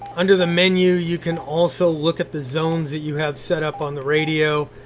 under the menu you can also look at the zones that you have set up on the radio.